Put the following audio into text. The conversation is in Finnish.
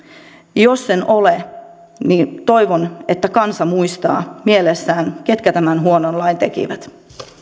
jos en ole niin toivon että kansa muistaa mielessään ketkä tämän huonon lain tekivät